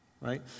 right